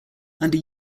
under